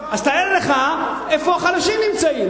אז תאר לך איפה החלשים נמצאים.